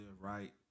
right